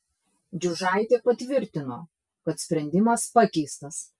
džiužaitė patvirtino kad sprendimas pakeistas